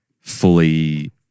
fully